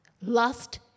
Lust